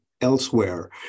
elsewhere